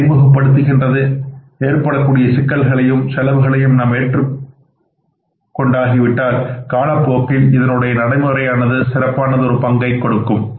இதை அறிமுகப்படுத்துகின்றது ஏற்படக்கூடிய சிக்கல்களையும் செலவுகளையும் நாம் ஏற்றுக்கொண்ட ஆகிவிட்டால் காலப்போக்கில் இதனுடைய நடைமுறையானது சிறப்பானதொரு பங்களிப்பை கொடுக்கும்